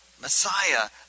Messiah